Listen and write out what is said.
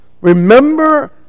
Remember